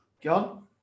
John